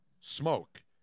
Smoke